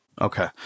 Okay